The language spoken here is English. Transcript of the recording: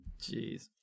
Jeez